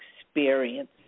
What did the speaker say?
experience